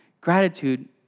gratitude